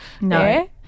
No